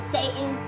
Satan